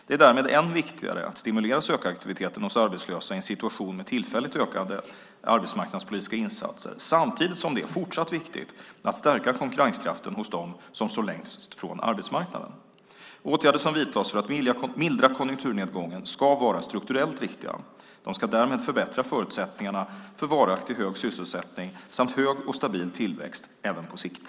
Det är därmed än viktigare att stimulera sökaktiviteten hos arbetslösa i en situation med tillfälligt ökade arbetsmarknadspolitiska insatser samtidigt som det är fortsatt viktigt att stärka konkurrenskraften hos dem som står längst från arbetsmarknaden. Åtgärder som vidtas för att mildra konjunkturnedgången ska vara strukturellt riktiga. De ska därmed förbättra förutsättningarna för varaktigt hög sysselsättning samt hög och stabil tillväxt, även på sikt.